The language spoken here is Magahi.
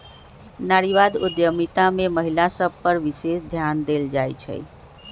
नारीवाद उद्यमिता में महिला सभ पर विशेष ध्यान देल जाइ छइ